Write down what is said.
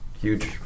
huge